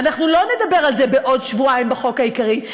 אנחנו לא נדבר על זה בעוד שבועיים בחוק העיקרי,